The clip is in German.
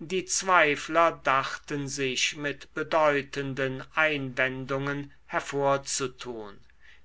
die zweifler dachten sich mit bedeutenden einwendungen hervorzutun